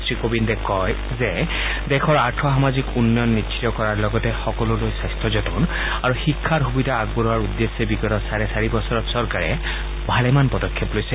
শ্ৰীকোৱিন্দে কয় যে দেশৰ আৰ্থ সামাজিক উন্নয়ন নিশ্চিত কৰাৰ লগতে সকলোলৈ স্বাস্থ্য যতন আৰু শিক্ষা আগবঢ়োৱা উদ্দেশ্যে বিগত চাৰে চাৰি বছৰত চৰকাৰে ভালেমান পদক্ষেপ লৈছে